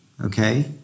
okay